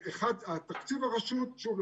תקציב הרשות שוב,